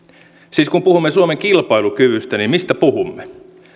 siis kun puhumme suomen kilpailukyvystä niin mistä puhumme